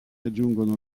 aggiungono